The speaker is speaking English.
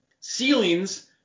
ceilings